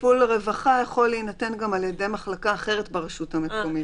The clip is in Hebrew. שטיפול רווחה יכול להינתן גם על ידי מחלקה אחרת ברשות המקומית,